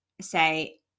say